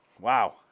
Wow